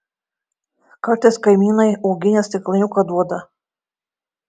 kartais kaimynai uogienės stiklainiuką duoda